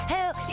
Hell